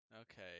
Okay